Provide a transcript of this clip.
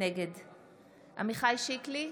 נגד עמיחי שיקלי,